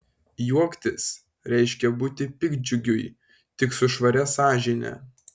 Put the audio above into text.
juoktis reiškia būti piktdžiugiui tik su švaria sąžine